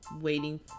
waiting